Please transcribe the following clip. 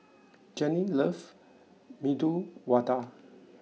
Jenny loves Medu Vada